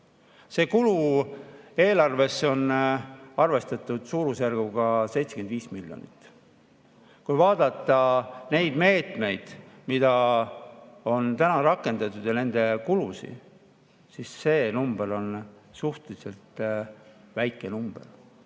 9%. Kulu eelarves on arvestatud suurusjärgus 75 miljonit. Kui vaadata neid meetmeid, mida on rakendatud, ja nende kulusid, siis see number on suhteliselt väike number,